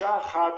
גישה אחת,